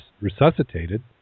resuscitated